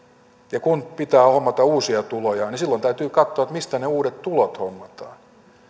ja kun pitää hommata uusia tuloja niin silloin täytyy katsoa mistä ne uudet tulot hommataan